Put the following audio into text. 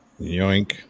Yoink